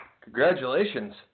Congratulations